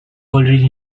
already